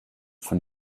von